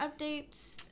updates